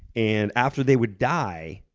and after they would die,